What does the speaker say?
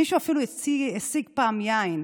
מישהו אפילו השיג פעם יין.